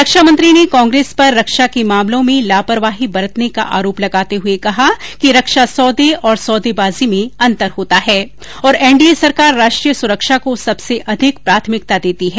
रक्षामंत्री ने कांग्रेस पर रक्षा के मामलों में लापरवाही बरतने का आरोप लगाते हुए कहा कि रक्षा सौदे और सौदेबाजी में अंतर होता है और एनडीए सरकार राष्ट्रीय सुरक्षा को सबसे अधिक प्राथमिकता देती है